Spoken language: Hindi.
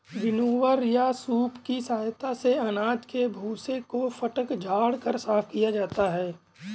विनोवर या सूप की सहायता से अनाज के भूसे को फटक झाड़ कर साफ किया जाता है